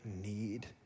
need